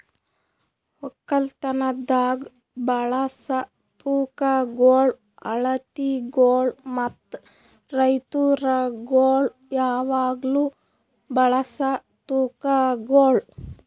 ಒಕ್ಕಲತನದಾಗ್ ಬಳಸ ತೂಕಗೊಳ್, ಅಳತಿಗೊಳ್ ಮತ್ತ ರೈತುರಗೊಳ್ ಯಾವಾಗ್ಲೂ ಬಳಸ ತೂಕಗೊಳ್